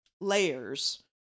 layers